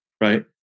right